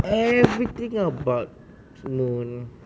everything about moon hmm